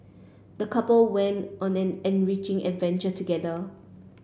the couple went on an enriching adventure together